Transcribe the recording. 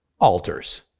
altars